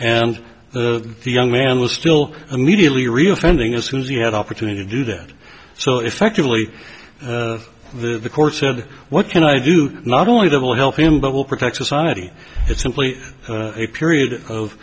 and the young man was still immediately real finding as soon as he had opportunity to do that so effectively the court said what can i do not only that will help him but will protect society it's simply a period